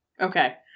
Okay